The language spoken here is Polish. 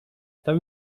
tam